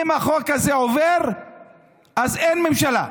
אם החוק הזה עובר אז אין ממשלה.